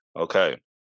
Okay